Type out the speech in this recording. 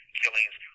killings